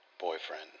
boyfriend